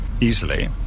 easily